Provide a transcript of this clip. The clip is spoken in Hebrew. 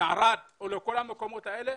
לערד או לכל המקומות האלה,